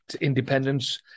independence